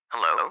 Hello